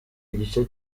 igice